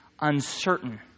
uncertain